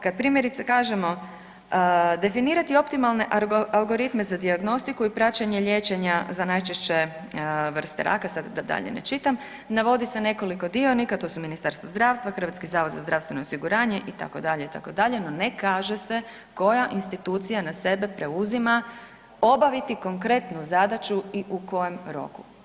Kad primjerice kažemo definirati optimalne algoritme za dijagnostiku i praćenje liječenja za najčešće vrste raka, sa da dalje ne čitam, navodi se nekoliko dionika to su Ministarstvo zdravstva, HZZO itd., itd., no ne kaže se koja institucija na sebe preuzima obaviti konkretnu zadaću i u kojem roku.